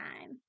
time